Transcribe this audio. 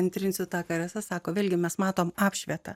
antrins taką rasa sako vėlgi mes matome apšvieta